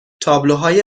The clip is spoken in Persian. تابلوهای